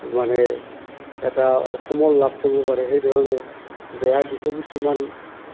মানে এটা অসমৰ লাভ কৰিব পাৰে সেইধৰণে বেয়া দিশো কিছুমান